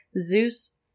Zeus